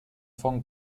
von